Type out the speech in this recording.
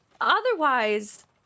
Otherwise